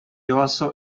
also